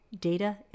Data